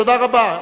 תודה רבה.